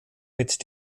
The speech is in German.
mit